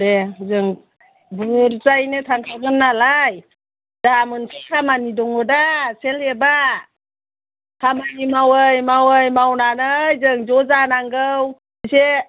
दे जों बुरजायैनो थांखागोन नालाय जोंहा मोनसे खामानि दङ दा सेल्फ हेल्फआ खामानि मावै मावै मावनानै जों ज' जानांगौ खौसे